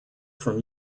from